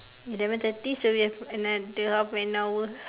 eleven thirty so we have another half an hour